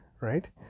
right